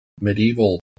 medieval